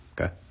Okay